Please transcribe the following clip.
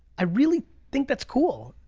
i really think that's cool.